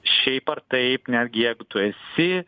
šiaip ar taip netgi jeigu tu esi